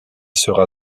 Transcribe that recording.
sera